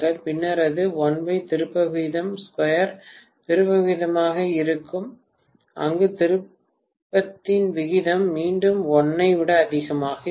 பின்னர் அது 1 திருப்ப விகிதம்2 திருப்ப விகிதமாக இருக்கும் அங்கு திருப்பத்தின் விகிதம் மீண்டும் 1 ஐ விட அதிகமாக இருக்கும்